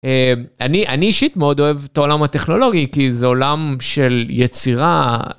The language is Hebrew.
אני אישית מאוד אוהב את העולם הטכנולוגי, כי זה עולם של יצירה.